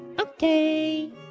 okay